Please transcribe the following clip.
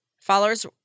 followers